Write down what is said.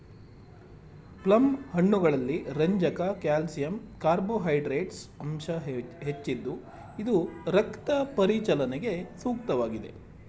plum ಹಣ್ಣುಗಳಲ್ಲಿ ರಂಜಕ calcium carbohydrates ಅಂಶ ಹೆಚ್ಚಿದ್ದು ಇದು ರಕ್ತ ಪರಿಚಲನೆಗೆ ಸೂಕ್ತವಾಗಿದೆ